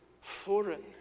foreign